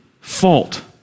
fault